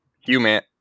human